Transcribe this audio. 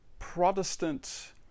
Protestant